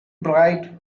bright